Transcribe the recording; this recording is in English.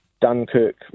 Dunkirk